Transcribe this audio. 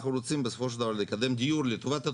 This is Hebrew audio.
אנחנו רוצים בסופו של דבר לקדם דיור לטובת התושבים,